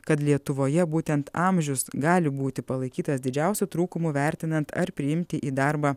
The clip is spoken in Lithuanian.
kad lietuvoje būtent amžius gali būti palaikytas didžiausiu trūkumu vertinant ar priimti į darbą